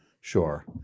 Sure